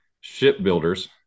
shipbuilders